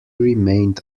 remained